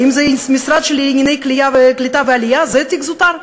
האם משרד העלייה והקליטה הוא תיק זוטר?